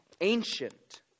ancient